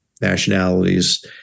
nationalities